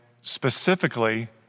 specifically